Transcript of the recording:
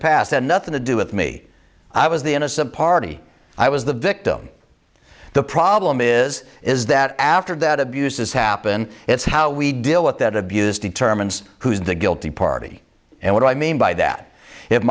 past had nothing to do with me i was the innocent party i was the victim the problem is is that after that abuses happen it's how we deal with that abuse determines who's the guilty party and what i mean by that if